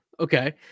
Okay